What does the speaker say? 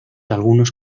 algunos